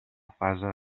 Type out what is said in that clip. fase